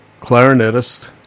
clarinetist